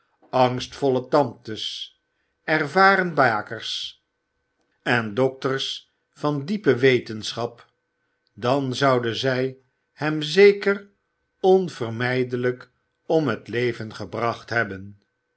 angstvolle tantes ervaren bakers en dokters van diepe wetenschap dan zouden zij hem zeker onvermijdelijk om het leven gebracht hebben